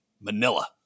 Manila